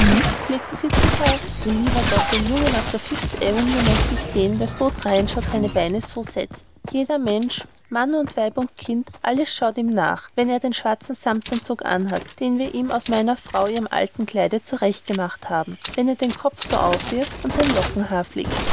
pflegte sie zu sagen du lieber gott den jungen auf der fifth avenue möcht ich sehen der so dreinschaut seine beine so setzt jeder mensch mann und weib und kind alles schaut ihm nach wenn er den schwarzen samtanzug anhat den wir ihm aus meiner frau ihrem alten kleide zurecht gemacht haben wenn er den kopf so aufwirft und sein lockenhaar fliegt